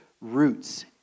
roots